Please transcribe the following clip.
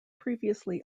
previously